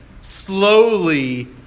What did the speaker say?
slowly